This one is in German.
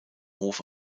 hof